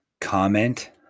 Comment